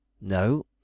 No